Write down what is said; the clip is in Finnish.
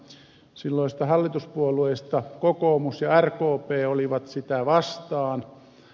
silloisista hallituspuolueista kokoomus ja rkp olivat sitä vastaan